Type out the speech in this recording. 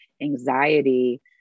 anxiety